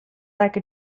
like